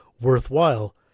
worthwhile